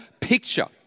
picture